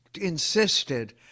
insisted